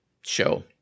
show